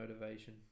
motivation